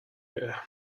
here